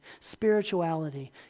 Spirituality